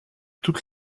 toutes